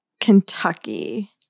Kentucky